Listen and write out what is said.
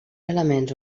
elements